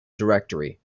directory